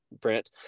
print